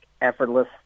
effortless